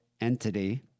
entity